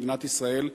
מדינת ישראל,